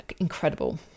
incredible